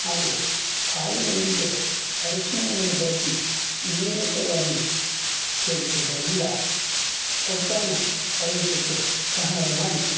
ಹಾಗು ಹಾಲಿನೊಂದಿಗೆ ಅರಿಶಿನವನ್ನು ಬೆರೆಸಿ ನಿಯಮಿತವಾಗಿ ಸೇವಿಸುವುದರಿಂದ ಕೊಬ್ಬನ್ನು ಕರಗಿಸೋಕ್ಕೆ ಸಹಾಯ ಮಾಡಿ